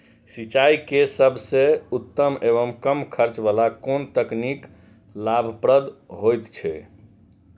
सिंचाई के सबसे उत्तम एवं कम खर्च वाला कोन तकनीक लाभप्रद होयत छै?